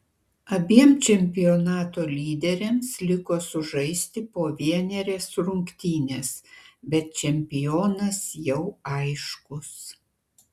abiem čempionato lyderiams liko sužaisti po vienerias rungtynes bet čempionas jau aiškus